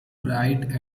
write